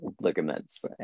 ligaments